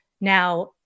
now